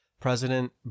president